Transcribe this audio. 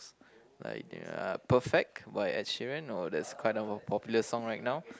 like uh Perfect by Ed Sheeran know that's kind of a popular song right now